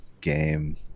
game